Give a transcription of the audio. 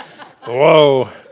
whoa